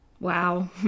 Wow